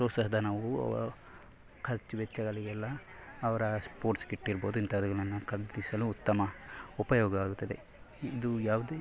ಪ್ರೋತ್ಸಾಹ ಧನವು ಖರ್ಚು ವೆಚ್ಚಗಳಿಗೆಲ್ಲ ಅವರ ಸ್ಪೋರ್ಟ್ಸ್ ಕಿಟ್ ಇರ್ಬೋದು ಇಂಥವುಗಳನ್ನು ಖರೀದಿಸಲು ಉತ್ತಮ ಉಪಯೋಗವಾಗುತ್ತದೆ ಇದು ಯಾವುದೇ